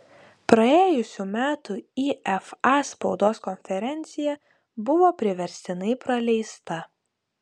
praėjusių metų ifa spaudos konferencija buvo priverstinai praleista